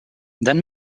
then